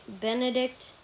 Benedict